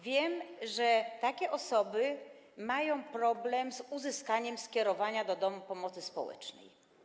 Wiem, że takie osoby mają problem z uzyskaniem skierowania do domu pomocy społecznej.